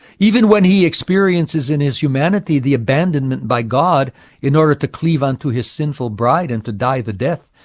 even when he experiences in his humanity the abandonment by god in order to cleave unto his sinful bride and to die the death,